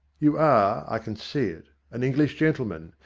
you are, i can see it, an english gentleman.